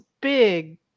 big